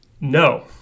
no